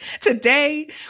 Today